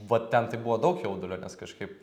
va ten tai buvo daug jaudulio nes kažkaip